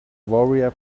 warrior